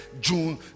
June